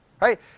right